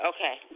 Okay